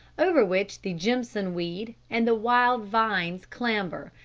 over which the jimson-weed and the wild vines clamber,